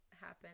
happen